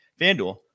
FanDuel